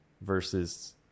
versus